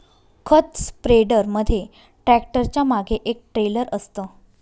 खत स्प्रेडर मध्ये ट्रॅक्टरच्या मागे एक ट्रेलर असतं